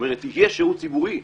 יהיה שירות ציבורי,